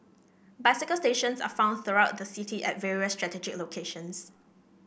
bicycle stations are found throughout the city at various strategic locations